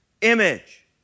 image